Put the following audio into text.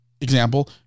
example